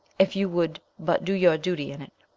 if you would but do your duty in it.